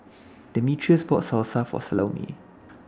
Demetrius bought Salsa For Salome